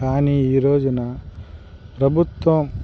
కానీ ఈరోజున ప్రభుత్వం